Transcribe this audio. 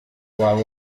waba